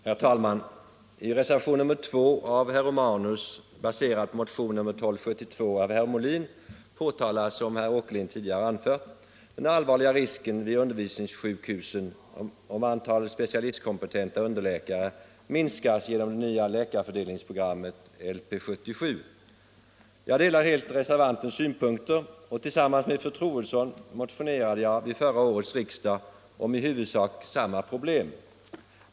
Herr talman! I reservationen 2 av herr Romanus, baserad på motionen 1272 av herr Molin, påtalas — som herr Åkerlind tidigare har anfört — den allvarliga risken för vården vid undervisningssjukhusen, om antalet — Nr 87 specialistkompetenta underläkare minskas genom det nya läkarfördel Torsdagen den ningsprogrammet LP 77. Jag delar helt reservantens synpunkter, och till 22 maj 1975 sammans med fru Troedsson motionerade jag till förra årets riksdag om i huvudsak samma problem.